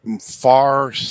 far